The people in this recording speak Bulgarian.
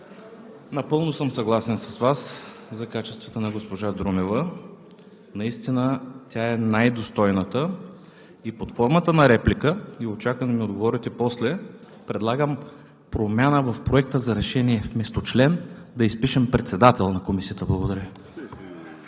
напълно съм съгласен с Вас за качествата на госпожа Друмева. Наистина тя е най-достойната. Под формата на реплика, и очаквам да ми отговорите после, предлагам промяна в Проекта за решение: вместо „член“ да изпишем „председател на Комисията“. Благодаря.